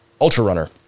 ultra-runner